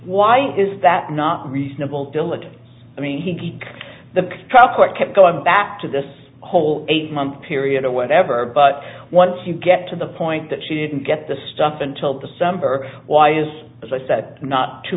why is that not reasonable diligence i mean the the trial court kept going back to this whole eight month period or whatever but once you get to the point that she didn't get the stuff until december why is as i said not two